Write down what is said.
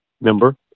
member